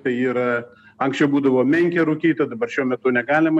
tai yra anksčiau būdavo menkė rūkyta dabar šiuo metu negalima